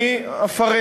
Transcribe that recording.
אני אפרט: